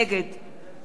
אריאל אטיאס,